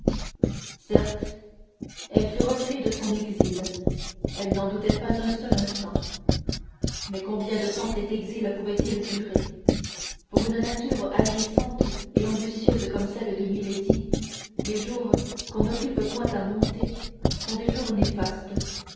certes elle fût revenue de son exil elle n'en doutait pas un seul instant mais combien de temps cet exil pouvait-il durer pour une nature agissante et ambitieuse comme celle de milady les jours qu'on n'occupe point à monter sont des jours néfastes